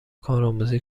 کارآموزی